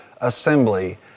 assembly